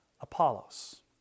Apollos